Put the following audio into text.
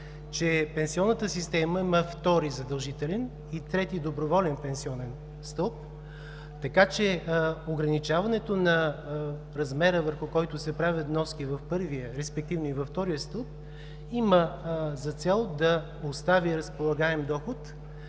че пенсионната система има втори задължителен и трети доброволен пенсионен стълб, така че ограничаването на размера, върху който се правят вноски в първия, респективно и във втория стълб, има за цел да остави разполагаем доход